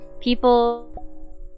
people